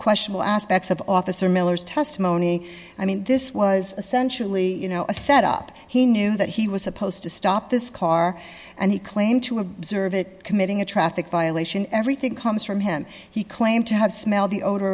question all aspects of officer miller's testimony i mean this was essentially you know a set up he knew that he was supposed to stop this car and he claimed to observe it committing a traffic violation everything comes from him he claimed to have smelled the odor